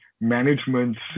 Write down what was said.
management